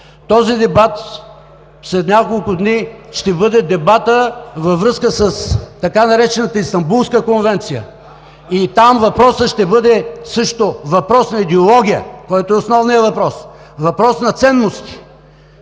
Този дебат след няколко дни ще бъде дебатът във връзка с така наречената „Истанбулска конвенция“ и там въпросът ще бъде също въпрос на идеология, който е основният въпрос, въпрос на ценности